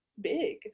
big